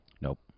Nope